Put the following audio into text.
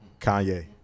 Kanye